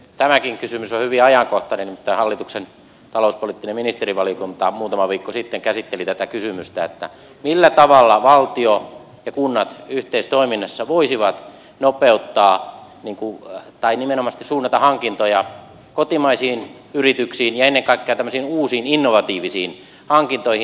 tämäkin kysymys on hyvin ajankohtainen nimittäin hallituksen talouspoliittinen ministerivaliokunta muutama viikko sitten käsitteli tätä kysymystä millä tavalla valtio ja kunnat yhteistoiminnassa voisivat nopeuttaa tai nimenomaisesti suunnata hankintoja kotimaisiin yrityksiin ja ennen kaikkea tämmöisiin uusiin innovatiivisiin hankintoihin